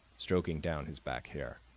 stroking down his back hair,